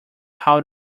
how